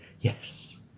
Yes